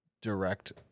direct